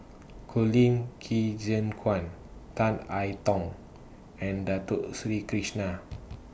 Colin Qi Zhe Quan Tan I Tong and Dato Sri Krishna